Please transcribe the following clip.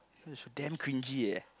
it's damn cringy eh